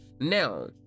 Now